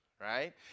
right